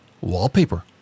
wallpaper